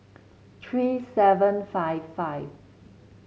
three seven five five